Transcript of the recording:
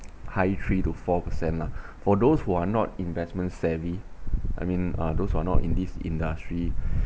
high three to four percent lah for those who are not investment savvy I mean uh those who are not in this industry